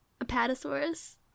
apatosaurus